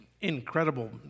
incredible